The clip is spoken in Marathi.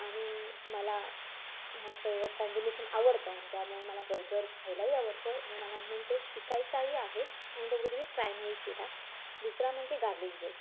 आणि मला ह्या सर्व कॉम्बिनेशन आवडतं आणि त्यामुळे मला बर्गर खायलाही आवडतो आणि मला म्हणून तो शिकायचाही आहे आणि तो कधी मी ट्राय नाही केला दुसरा म्हणजे गार्लिक ब्रेड